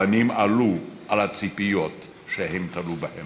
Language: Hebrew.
הבנים עלו על הציפיות שהם תלו בהם.